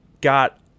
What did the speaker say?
got